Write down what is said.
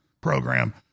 program